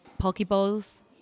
Pokeballs